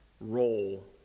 role